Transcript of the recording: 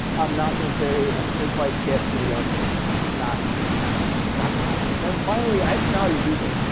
i'm not going to carry a snakebite kit for the arctic. it's just not just not going to happen. and then, finally, i have to know how to use it.